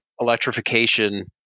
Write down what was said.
electrification